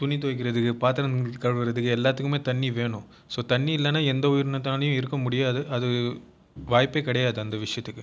துணி துவைக்கிறதுக்கு பாத்திரம் கழுவுறத்துக்கு எல்லாத்துக்குமே தண்ணீ வேணும் ஸோ தண்ணி இல்லைன்னா எந்த உயிரினத்தினாலேயும் இருக்கற முடியாது அது வாய்ப்பே கிடையாது அந்த விஷயத்துக்கு